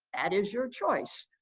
that is your choice.